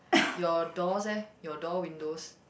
your doors eh your door windows